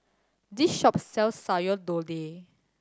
this shop sells Sayur Lodeh